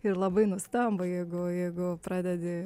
ir labai nustemba jeigu jeigu pradedi